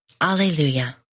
Alleluia